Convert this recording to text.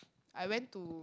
I went to